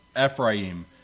Ephraim